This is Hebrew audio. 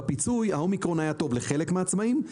בפיצוי האומיקרון היה טוב לחלק מהעצמאיים,